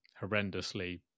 horrendously